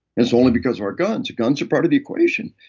it's only because of our guns. guns are part of the equation,